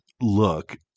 look